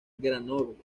granollers